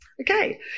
Okay